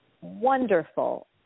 wonderful